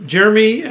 Jeremy